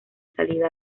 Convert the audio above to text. salida